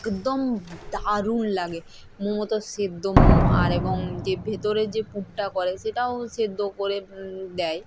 একদম দারুণ লাগে মোমো তো সিদ্ধ মোমো আর এবং যে ভিতরে যে পুরটা করে সেটাও সিদ্ধ করে দেয়